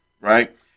Right